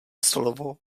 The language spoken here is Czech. slovo